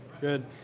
good